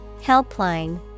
Helpline